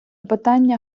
питання